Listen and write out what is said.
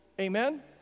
Amen